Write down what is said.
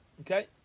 Okay